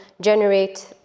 generate